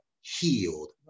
healed